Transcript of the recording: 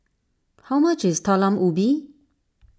how much is Talam Ubi